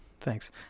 Thanks